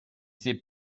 c’est